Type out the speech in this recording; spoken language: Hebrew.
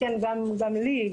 גם לי,